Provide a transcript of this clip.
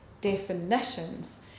definitions